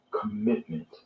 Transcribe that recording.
commitment